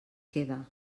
queda